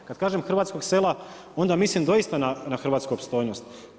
Kad kažem hrvatskog sela, onda mislim doista, na hrvatsku opstojnost.